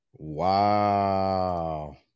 Wow